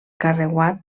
carreuat